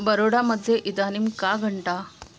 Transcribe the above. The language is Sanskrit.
बरोडा मध्ये इदानीं का घण्टा